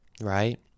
right